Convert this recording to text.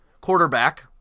quarterback